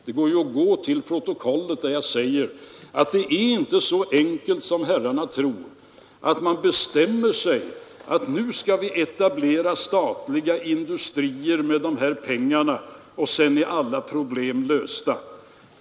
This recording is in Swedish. Det går ju att kontrollera i protokollet och se att jag säger att det inte är så enkelt som herrarna tror att bara etablera statliga industrier med dessa pengar och sedan finna alla problem lösta.